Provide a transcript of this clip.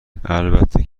البته